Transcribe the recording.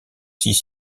six